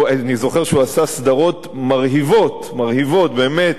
אני זוכר שהוא עשה סדרות מרהיבות, מרהיבות באמת,